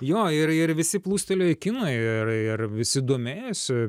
jo ir ir visi plūstelėjo į kiną ir ir visi domėjosi